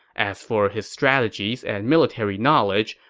as for his strategies and military knowledge,